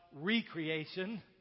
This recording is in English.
recreation